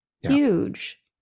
Huge